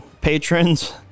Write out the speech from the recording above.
patrons